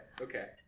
okay